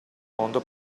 modo